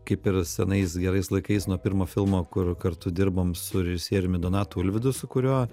kaip ir senais gerais laikais nuo pirmo filmo kur kartu dirbom su režisieriumi donatu ulvydu su kuriuo